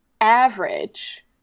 average